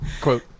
quote